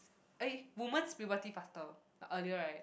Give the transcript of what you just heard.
uh woman's puberty faster earlier right